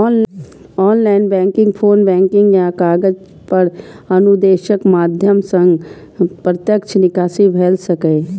online banking, phone banking या कागज पर अनुदेशक माध्यम सं प्रत्यक्ष निकासी भए सकैए